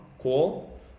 cool